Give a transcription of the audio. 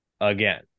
Again